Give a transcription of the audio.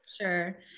sure